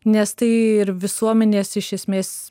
nes tai ir visuomenės iš esmės